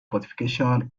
fortification